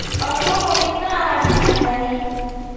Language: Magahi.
पशुओं को कितना आहार देना चाहि?